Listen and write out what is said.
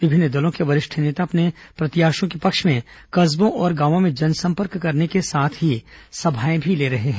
विभिन्न दलों के वरिष्ठ नेता अपने प्रत्याशियों के पक्ष में कस्बों और गावों में जनसंपर्क करने के साथ ही सभाएं भी ले रहे हैं